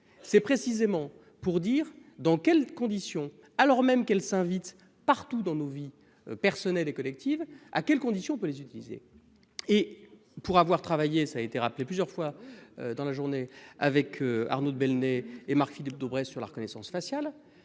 C'est précisément pour dire dans quelles conditions. Alors même qu'elle s'invite partout dans nos vies personnelles et collectives. À quelles conditions peut les utiliser et pour avoir travaillé, ça a été rappelé plusieurs fois dans la journée avec Arnaud de Belenet et Marc-Philippe Daubresse sur la reconnaissance faciale.